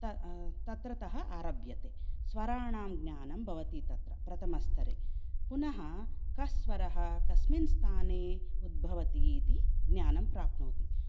त तत्रतः आरभ्यते स्वराणां ज्ञानं भवति तत्र प्रथमस्तरे पुनः कस्स्वरः कस्मिन् स्थाने उद्भवति इति ज्ञानं प्राप्नोति